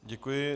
Děkuji.